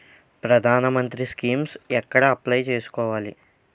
ప్రధాన మంత్రి స్కీమ్స్ ఎక్కడ అప్లయ్ చేసుకోవాలి?